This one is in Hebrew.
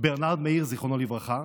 זיכרונו לברכה,